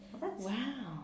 Wow